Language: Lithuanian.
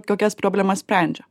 kokias problemas sprendžia